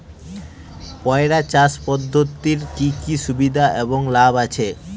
পয়রা চাষ পদ্ধতির কি কি সুবিধা এবং লাভ আছে?